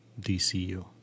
DCU